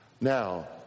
Now